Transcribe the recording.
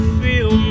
feel